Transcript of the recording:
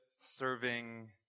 serving